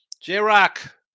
J-Rock